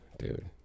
dude